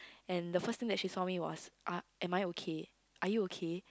and the first thing that she saw me was uh am I okay are you okay